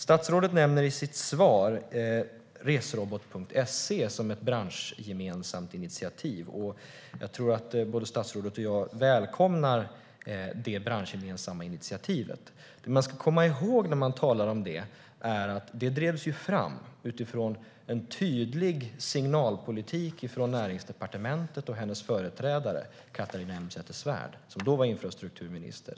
Statsrådet nämner i sitt svar resrobot.se som ett branschgemensamt initiativ. Jag tror att både statsrådet och jag välkomnar det branschgemensamma initiativet. Det man ska komma ihåg när man talar om det är att det drevs fram utifrån en tydlig signalpolitik från Näringsdepartementet och hennes företrädare Catharina Elmsäter-Svärd som då var infrastrukturminister.